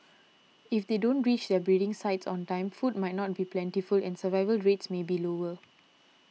if they don't reach their breeding sites on time food might not be plentiful and survival rates may be lower